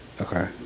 Okay